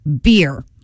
beer